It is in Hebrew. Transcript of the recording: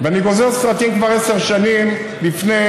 ואני גוזר סרטים כבר עשר שנים לפני,